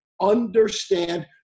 understand